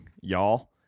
y'all